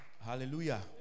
Hallelujah